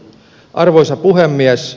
arvoisa puhemies